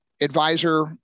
advisor